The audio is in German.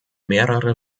mehrere